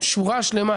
שורה שלמה,